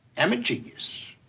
am a genius.